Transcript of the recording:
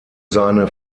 seine